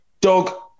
dog